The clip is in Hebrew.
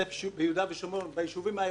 ביהודה ושמרון בישובים העירוניים,